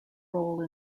role